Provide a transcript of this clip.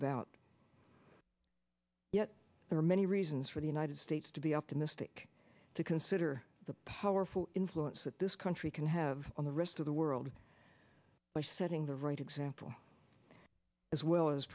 about yet there are many reasons for the united states to be optimistic to consider the powerful influence that this country can have on the rest of the world by setting the right example as well as